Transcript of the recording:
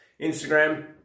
Instagram